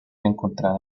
encontrada